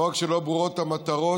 לא רק שלא ברורות המטרות,